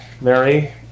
Mary